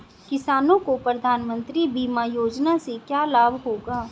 किसानों को प्रधानमंत्री बीमा योजना से क्या लाभ होगा?